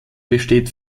besteht